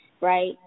right